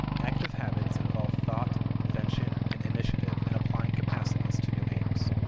active habits involve thought, invention, and initiative in applying capacities to new aims.